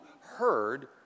heard